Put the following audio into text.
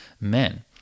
men